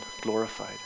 glorified